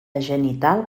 genital